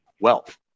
wealth